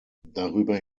darüber